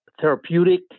therapeutic